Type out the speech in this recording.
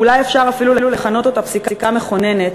אולי אפשר אפילו לכנות אותה פסיקה מכוננת,